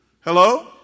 Hello